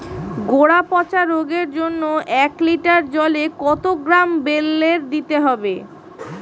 গোড়া পচা রোগের জন্য এক লিটার জলে কত গ্রাম বেল্লের দিতে হবে?